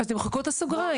אז תמחקו את הסוגריים.